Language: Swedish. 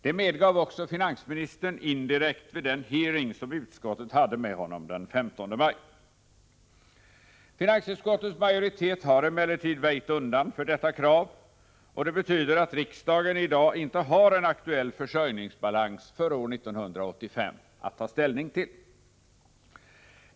Det medgav också finansministern indirekt vid den hearing som utskottet hade med honom den 15 maj. Finansutskottets majoritet har emellertid väjt undan för detta krav och det betyder att riksdagen i dag inte har en aktuell försörjningsbalans för år 1985 att ta ställning till.